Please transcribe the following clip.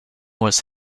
was